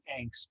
angst